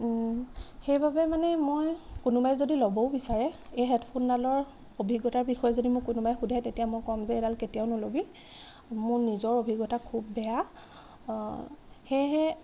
সেইবাবে মানে মই কোনোবাই যদি ল'বও বিচাৰে এই হেডফোনডালৰ অভিজ্ঞতাৰ বিষয়ে যদি মোক কোনোবাই সোধে তেতিয়া মই কম যে এইডাল কেতিয়াও নল'বি মোৰ নিজৰ অভিজ্ঞতা খুব বেয়া সেয়েহে